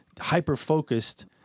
hyper-focused